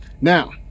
Now